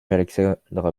alexandre